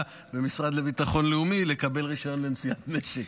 במשרד לביטחון לאומי לקבל רישיון לנשיאת נשק.